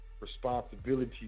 responsibility